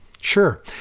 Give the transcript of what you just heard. Sure